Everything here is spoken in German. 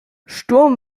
sturm